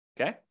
Okay